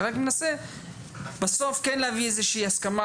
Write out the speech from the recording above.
אני רק מנסה בסוף כן להביא איזושהי הסכמה